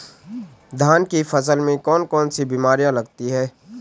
धान की फसल में कौन कौन सी बीमारियां लगती हैं?